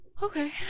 okay